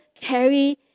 carry